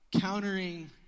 countering